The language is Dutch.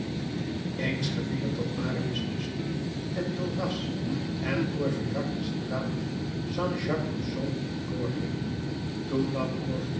eens geviel het dat marius tusschen enjolras en courfeyrac de straat jean jacques rousseau doorging toen